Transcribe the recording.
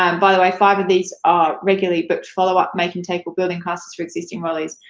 um by the way, five of these are regularly booked follow up, make and take, or building classes for existing enrollees.